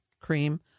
cream